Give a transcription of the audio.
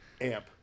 amp